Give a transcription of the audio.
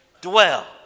dwell